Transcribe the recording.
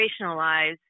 operationalize